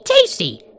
tasty